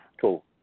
Cool